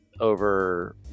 over